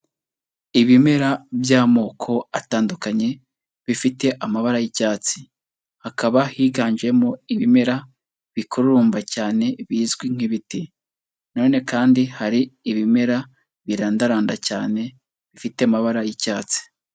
Ibimera by'amoko atandukanye bifite amabara y'icyatsi, hakaba higanjemo ibimera bikururumba cyane bizwi nk'ibiti na none kandi hari ibimera birandaranda cyane bifite amabara y'icyatsi.